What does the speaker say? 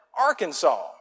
Arkansas